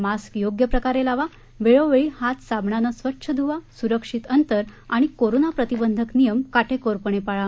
mask योग्य प्रकारे लावा वेळोवेळी हात साबणाने स्वच्छ धुवा सुरक्षित अंतर आणि कोरोना प्रतिबंधक नियम काटेकोरपणे पाळा